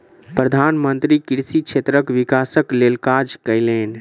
प्रधान मंत्री कृषि क्षेत्रक विकासक लेल काज कयलैन